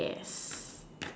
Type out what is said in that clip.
yes